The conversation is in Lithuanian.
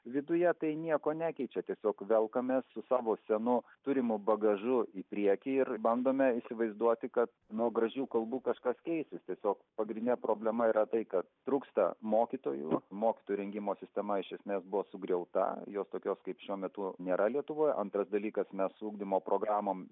viduje tai nieko nekeičia tiesiog velkamės su savo senu turimu bagažu į priekį ir bandome įsivaizduoti kad nuo gražių kalbų kažkas keisis tiesiog pagrindinė problema yra tai kad trūksta mokytojų mokytojų rengimo sistema iš esmės buvo sugriauta jos tokios kaip šiuo metu nėra lietuvoje antras dalykas mes su ugdymo programom